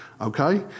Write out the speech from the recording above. Okay